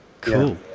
cool